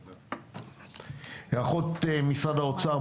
היערכות משרד האוצר,